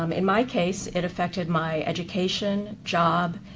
um in my case, it affected my education, job,